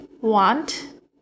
want